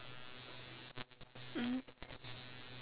mmhmm